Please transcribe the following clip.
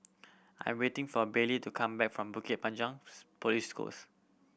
I am waiting for Baylie to come back from Bukit Panjang Police Post